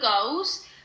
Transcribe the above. goals